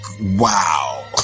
Wow